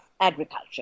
agriculture